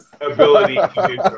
ability